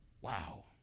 Wow